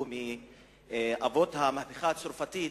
שהוא מאבות המהפכה הצרפתית,